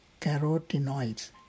carotenoids